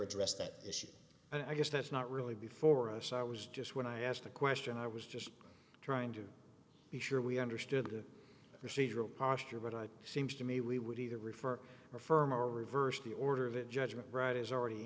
addressed that issue and i guess that's not really before us i was just when i asked the question i was just trying to be sure we understood procedural posture but i seems to me we would either refer affirm or reverse the order that judgment right is already